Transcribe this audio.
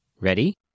Ready